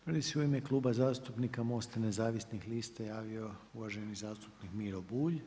Prvi se u ime Kluba zastupnika Most i nezavisnih lista javio uvaženi zastupnik Miro Bulj.